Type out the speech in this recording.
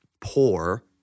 poor